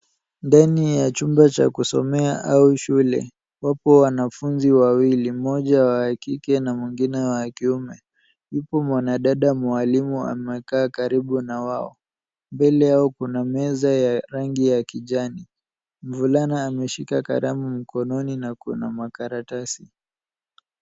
Ndani ya chumba cha kusomea au shule. Wako wanafunzi wawili. Mmoja wa kike na mwingine wa kiume. Yupo mwanadada mwalimu amekaa karibu na wao. Mbele yao kuna meza ya rangi ya kijani. Mvulana ameshika kalamu mkononi na kuna makaratasi.